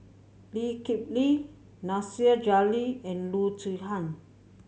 Lee Kip Lee Nasir Jalil and Loo Zihan